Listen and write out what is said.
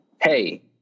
Hey